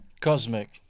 Cosmic